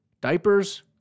diapers